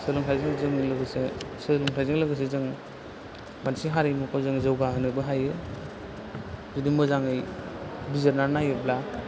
सोलोंथाइजों जोंनि लोगोसे सोलोंथाइजों लोगोसे जों मोनसे हारिमुखौ जोङो जौगाहोनोबो हायो जुदि मोजाङै बिजिरनानै नायोब्ला